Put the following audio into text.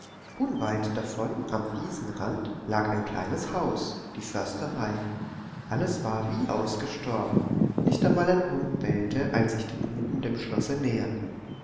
unweit davon am wiesenrand lag ein kleines haus die försterei alles war wie ausgestorben nicht einmal ein hund bellte als sich die buben dem schlosse näherten